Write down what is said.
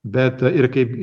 bet ir kaip